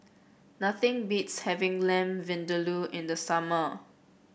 nothing beats having Lamb Vindaloo in the summer